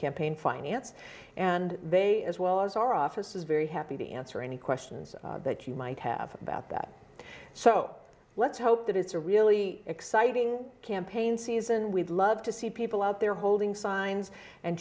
campaign finance and they as well as our offices very happy to answer any questions that you might have about that so let's hope that it's a really exciting campaign season we'd love to see people out there holding signs and